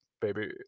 baby